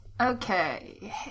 Okay